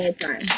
time